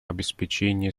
обеспечения